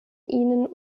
ihnen